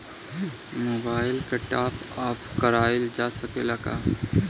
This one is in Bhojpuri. मोबाइल के टाप आप कराइल जा सकेला का?